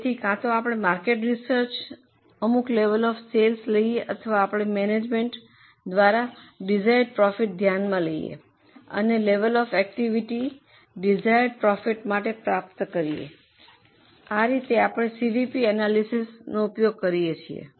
તેથી કાં તો આપણે માર્કેટ રિસેર્ચના અમુક લેવલ ઑફ સેલ્સ લઈએ અથવા આપણે મેનેજમેન્ટ દ્વારા દિશાયેંર્ડ પ્રોફિટને ધ્યાનમાં લઈએ અને level of activity desired profit માટે પ્રાપ્ત કરીયે આ રીતે આપણે સીવીપી એનાલિસિસનો ઉપયોગ કરીએ છીએ